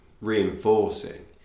reinforcing